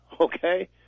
Okay